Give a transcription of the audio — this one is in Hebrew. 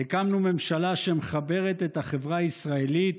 "הקמנו ממשלה שמחברת את החברה הישראלית